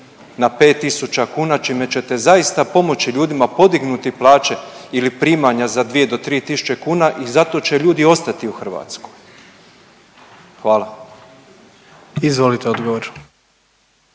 na 5.000 kuna čime ćete zaista pomoći ljudima, podignuti plaće ili primanja za 2 do 3 tisuće kuna i zato će ljudi ostati u Hrvatskoj. Hvala. **Jandroković,